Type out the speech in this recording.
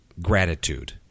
gratitude